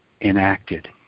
enacted